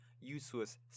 useless